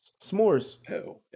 S'mores